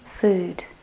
food